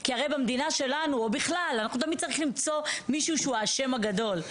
כי הרי במדינה שלנו או בכלל תמיד צריך למצוא מישהו שהוא האשם הגדול.